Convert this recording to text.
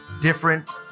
different